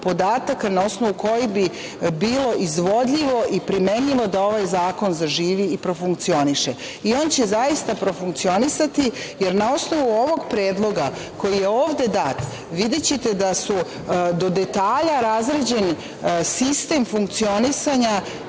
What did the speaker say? na osnovu kojih bi bilo izvodljivo i primenljivo da ovaj zakon zaživi i profunkcioniše.I on će zaista profunkcionisati, jer na osnovu ovog Predloga koji je ovde dat, videćete da su do detalja razrađeni sistem funkcionisanja